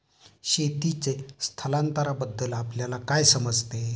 शेतीचे स्थलांतरबद्दल आपल्याला काय समजते?